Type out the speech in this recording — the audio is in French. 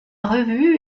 revue